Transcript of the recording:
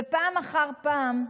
ופעם אחר פעם,